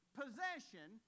possession